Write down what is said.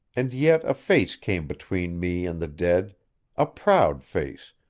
and yet a face came between me and the dead a proud face,